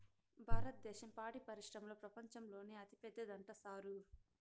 భారద్దేశం పాడి పరిశ్రమల ప్రపంచంలోనే అతిపెద్దదంట సారూ